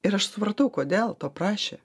ir aš supratau kodėl to prašė